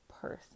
person